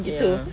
ya